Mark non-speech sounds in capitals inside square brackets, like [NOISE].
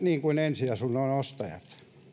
[UNINTELLIGIBLE] niin kuin ensiasunnon ostajat